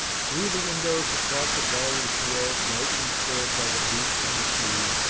through the windows across a barley-field, lightly stirred by the breeze from the sea,